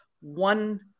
One